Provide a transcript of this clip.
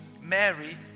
Mary